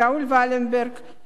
דיפלומט שבדי,